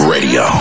Radio